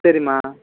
சரிம்மா